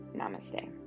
Namaste